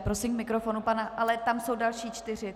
Prosím k mikrofonu... ale tam jsou další čtyři.